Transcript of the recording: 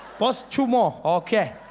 boss two more, okay.